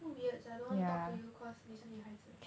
weird sia I don't want to talk to you cause 是女孩子